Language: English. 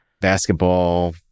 basketball